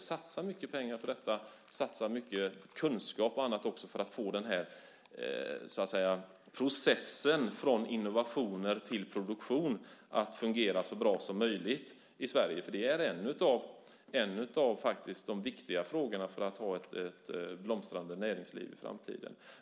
Vi satsar mycket pengar på detta, satsar mycket kunskap och annat för att få processen från innovationer till produktion att fungera så bra som möjligt i Sverige. Det är en av de viktiga frågorna för att ha ett blomstrande näringsliv i framtiden.